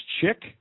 Chick